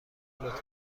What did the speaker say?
لطفا